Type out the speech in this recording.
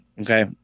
Okay